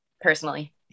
personally